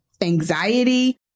anxiety